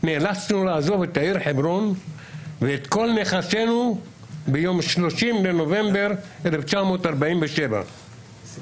נאלצנו לעזוב את העיר חברון ואת כל נכסינו ביום 30 בנובמבר 1947. בשנת